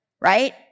right